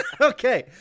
Okay